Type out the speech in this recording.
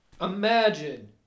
Imagine